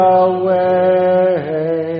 away